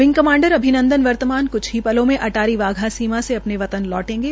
wing commander Abhinandan वर्तमान कृछ ही पलों मे अटारी वाघा सीमा से अपने वतन लौंटेगे